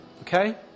Okay